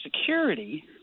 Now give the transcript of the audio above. security